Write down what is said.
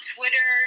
Twitter